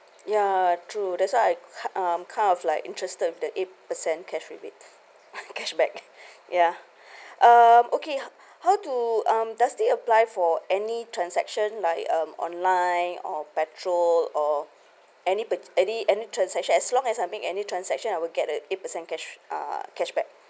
ya true that's why I kind um kind of like interested the eight percent cash rebate cashback ya um okay how to um does this apply for any transaction like um online or petrol or any pur~ any any transaction as long as I make any transaction I would get a eight percent cash ah cashback